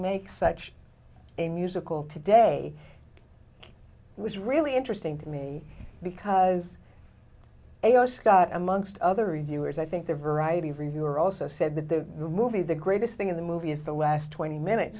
make such a musical today was really interesting to me because a o scott amongst other reviewers i think the variety reviewer also said that the movie the greatest thing in the movie is the last twenty minutes